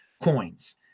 coins